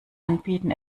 anbieten